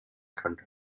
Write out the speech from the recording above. könnte